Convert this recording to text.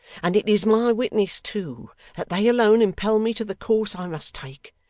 and it is my witness, too, that they alone impel me to the course i must take,